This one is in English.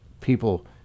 people